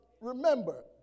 remember